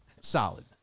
solid